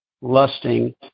lusting